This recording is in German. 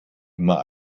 immer